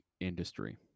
industry